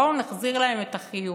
בואו נחזיר להם את החיוך,